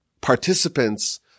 participants